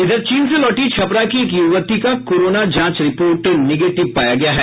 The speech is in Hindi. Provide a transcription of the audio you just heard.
इधर चीन से लौटी छपरा की एक यूवती का कोरोना जांच रिपोर्ट निगेटिव पाया गया है